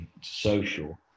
social